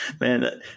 man